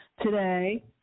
Today